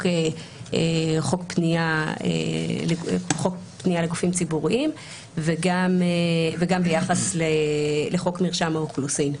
פנייה לגופים ציבוריים וגם ביחס לחוק מרשם האוכלוסין.